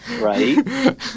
right